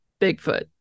Bigfoot